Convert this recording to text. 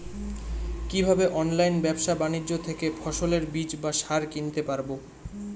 কীভাবে অনলাইন ব্যাবসা বাণিজ্য থেকে ফসলের বীজ বা সার কিনতে পারবো?